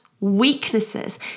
weaknesses